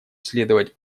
следовать